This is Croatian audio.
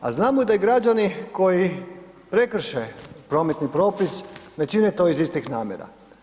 A znamo da građani koji prekrše prometni propis, ne čine to iz istih namjera.